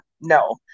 no